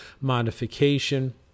modification